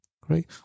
Great